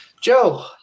Joe